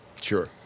Sure